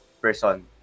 person